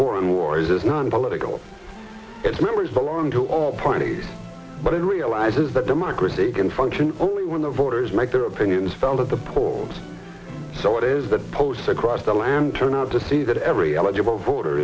foreign wars is nonpolitical its members belong to all parties but it realizes that democracy can function only when the voters make their opinion stand at the polls so what is the post's across the land turn out to see that every eligible voter